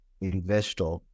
investor